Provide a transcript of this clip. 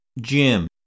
Jim